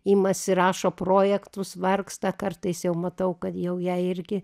imasi rašo projektus vargsta kartais jau matau kad jau jai irgi